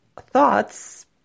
thoughts